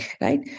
Right